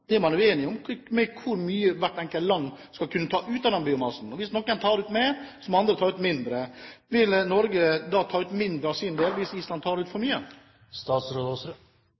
er uenig om, er hvor mye hvert enkelt land skal kunne ta ut av den biomassen. Hvis noen tar ut mer, så må andre ta ut mindre. Vil Norge da ta ut mindre av sin del hvis Island tar ut for mye?